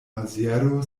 maziero